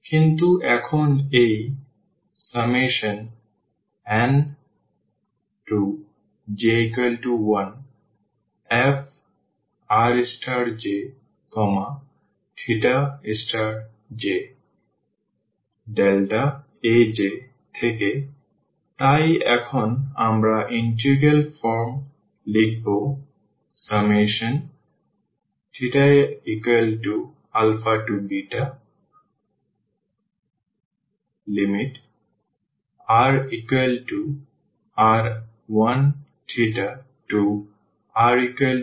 কিন্তু এখন এই j1nfrjj Aj থেকে তাই এখন আমরা ইন্টিগ্রাল ফর্ম লিখব θαrr1rr2frθrdrdθ